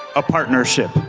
a partnership.